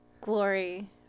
glory